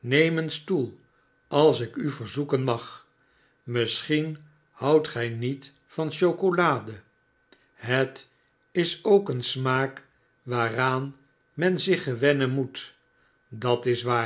neem een stoel als ik u verzoeken mag misschien houdt gij niet van chocolade het is k een smaak waaraan men zich gewennen moet dat is waar